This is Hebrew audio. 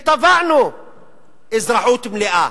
ותבענו אזרחות מלאה.